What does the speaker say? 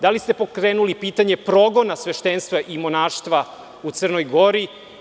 Da li ste pokrenuli pitanje progona sveštenstva i monaštva u Crnoj Gori?